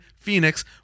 Phoenix